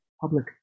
public